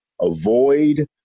avoid